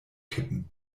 kippen